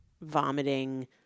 vomiting